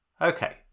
Okay